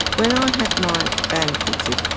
when i had my band fitted,